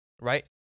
right